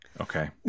Okay